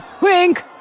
wink